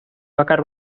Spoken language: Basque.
bakar